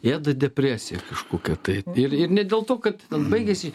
ėda depresija kažkokia tai ir ir ne dėl to kad baigėsi